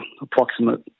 approximate